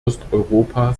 osteuropa